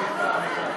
מה זה רגע?